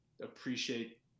appreciate